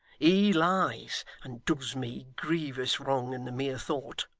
he lies, and does me grievous wrong, in the mere thought